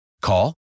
Call